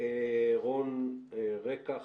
רון רקח,